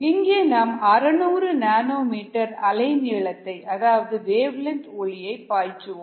இங்கே நாம் 600 nanometre அலைநீளத்தை அதாவது வேவ் லென்த் ஒளியை பாய்ச்சுவோம்